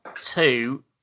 two